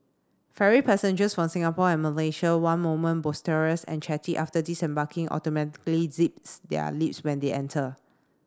ferry passengers from Singapore and Malaysia one moment boisterous and chatty after disembarking automatically zips their lips when they enter